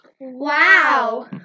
Wow